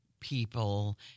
people